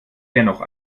dennoch